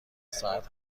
ساعت